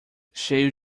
cheio